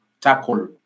tackle